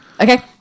okay